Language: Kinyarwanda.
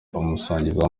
umusangiza